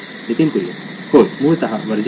नितीन कुरियन होय मुळतः व्हर्जन्स